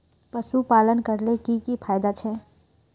पशुपालन करले की की फायदा छे?